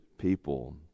people